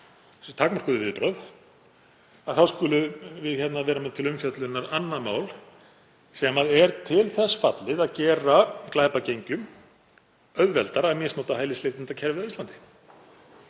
þessi takmörkuðu viðbrögð, þá skulum við vera með til umfjöllunar annað mál sem er til þess fallið að gera glæpagengjum auðveldara að misnota hælisleitendakerfið á Íslandi